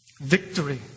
Victory